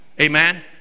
amen